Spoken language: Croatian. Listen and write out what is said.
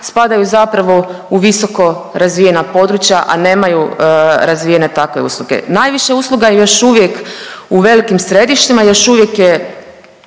spadaju zapravo u visoko razvijena područja, a nemaju razvijene takve usluge. Najviše usluga je još uvijek u velikim središtima, još uvijek je